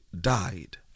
died